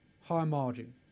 high-margin